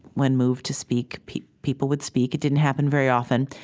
when moved to speak, people people would speak. it didn't happen very often.